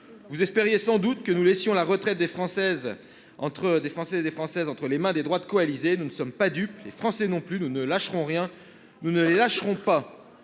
Vous espériez sans doute que nous laisserions la retraite des Français entre les mains des droites coalisées. Nous ne sommes pas dupes, les Français non plus. Nous ne lâcherons rien, et nous ne les lâcherons pas